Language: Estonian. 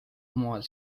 omavahel